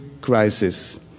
crisis